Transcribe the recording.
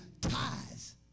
ties